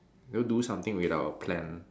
know do something without a plan